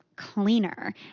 cleaner